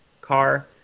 car